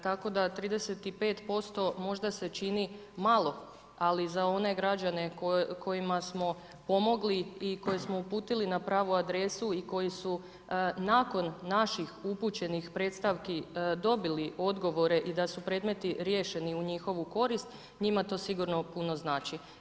Tako da 35% možda se čini malo, a li za one građane kojima smo pomogli i koje smo uputili na pravu adresu i koji su nakon naših upućenih predstavki dobili odgovore i da su predmeti riješeni u njihovu korist, njima to sigurno puno znači.